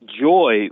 joy